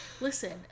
Listen